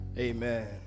Amen